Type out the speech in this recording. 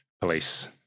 police